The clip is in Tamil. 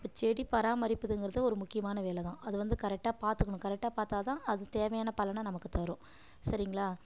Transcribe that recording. இப்போ செடி பராமரிப்பதுங்கிறது ஒரு முக்கியமான வேலை தான் அது வந்து கரெக்டா பாத்துக்கணும் கரெக்டா பார்த்தா தான் அது தேவையான பலனை நமக்கு தரும் சரிங்ளா